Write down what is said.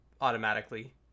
automatically